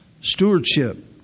Stewardship